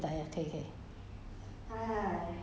orh okay ten million ah okay